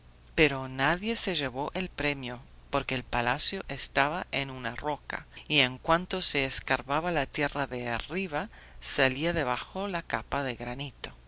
pero nadie se llevó el premio porque el palacio estaba en una roca y en cuanto se escarbaba la tierra de arriba salía debajo la capa de granito